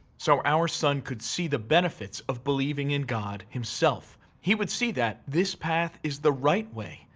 so our son could see the benefits of believing in god himself. he would see that this path is the right way.